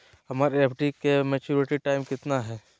हमर एफ.डी के maturity time कितना है?